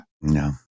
No